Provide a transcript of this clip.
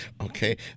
Okay